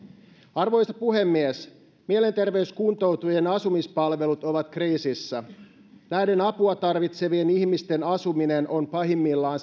arvoisa puhemies mielenterveyskuntoutujien asumispalvelut ovat kriisissä näiden apua tarvitsevien ihmisten asuminen on pahimmillaan